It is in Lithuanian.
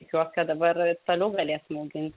tikiuos kad dabar toliau galėsim augint